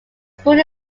school